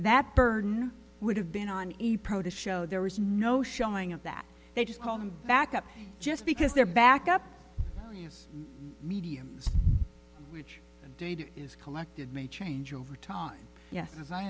that burden would have been on a pro to show there is no showing of that they just call them back up just because they're back up use mediums data is collected may change over time yes as i